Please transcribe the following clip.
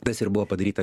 tas ir buvo padaryta